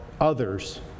others